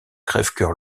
crèvecœur